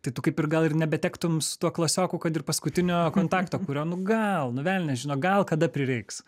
tai tu kaip ir gal ir nebetektum su tuo klasioku kad ir paskutinio kontakto kurio nu gal nu velnias žino gal kada prireiks